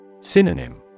Synonym